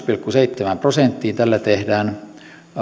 pilkku seitsemään prosenttiin tällä tehdään